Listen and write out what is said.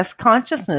consciousness